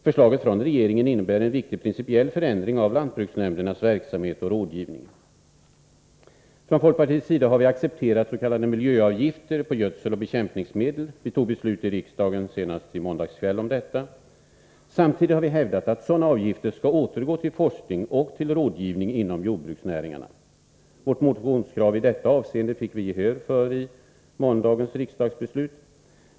Förslaget från regeringen innebär en viktig principiell förändring av lantbruksnämndernas verksamhet och rådgivning. Från folkpartiets sida har vi accepterat s.k. miljöavgifter på gödseloch bekämpningsmedel. Vi tog beslut i riksdagen senast i måndags kväll om detta. Samtidigt har vi hävdat att sådana avgifter skall återgå till forskning och rådgivning inom jordbruksnäringarna. Vårt motionskrav i detta avseende fick vi gehör för i måndagens riksdagsbeslut.